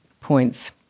points